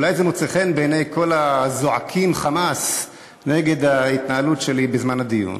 אולי זה מוצא חן בעיני כל הזועקים חמס על ההתנהלות שלי בזמן הדיון.